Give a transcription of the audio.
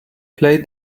play